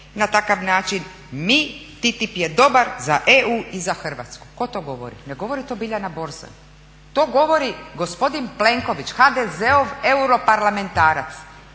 na takav način mi, TTIP je dobar za EU i za Hrvatsku. Tko to govori? Ne govori to Biljana Borzan. To govori gospodin Plenković, HDZ-ov europarlamentarac.